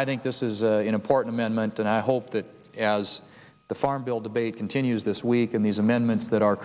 i think this is an important moment and i hope that as the farm bill debate continues this week in these amendments that are